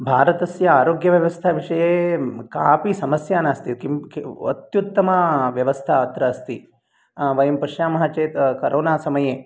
भारतस्य आरोग्यव्यवस्था विषये कापि समस्या नास्ति किम् अत्युत्तमा व्यवस्था अत्र अस्ति वयं पश्यामः चेत् करोना समये